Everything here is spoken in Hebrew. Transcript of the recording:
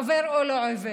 או עובר או לא עובר.